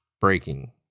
breaking